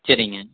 சரிங்க